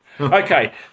Okay